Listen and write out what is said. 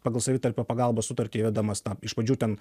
pagal savitarpio pagalbos sutartį įvedamas ta iš pradžių ten